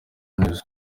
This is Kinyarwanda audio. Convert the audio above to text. neza